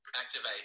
Activate